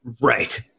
Right